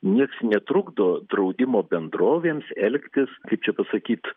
nieks netrukdo draudimo bendrovėms elgtis kaip čia pasakyt